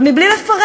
אבל מבלי לפרט.